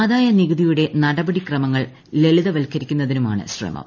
ആദായ നികുതിയുടെ നടപടിക്രമങ്ങൾ ലളിതവത്ക്കരിക്കുന്നതിനുമാണ് ശ്രമം